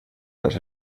las